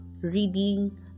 reading